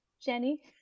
Jenny